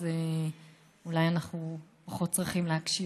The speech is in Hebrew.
אז אולי אנחנו פחות צריכים להקשיב,